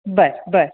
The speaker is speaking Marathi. बरं बरं